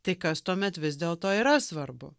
tai kas tuomet vis dėlto yra svarbu